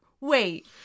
Wait